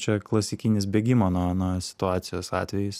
čia klasikinis bėgimo nuo nuo situacijos atvejis